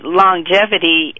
longevity